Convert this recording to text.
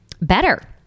better